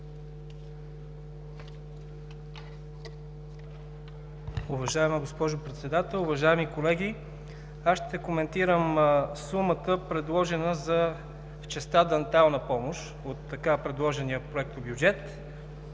Уважаема госпожо Председател, уважаеми колеги! Ще коментирам сумата, предложена за частта „дентална помощ“ от така предложения Проектобюджет.